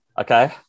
Okay